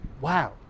Wow